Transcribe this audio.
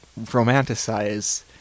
romanticize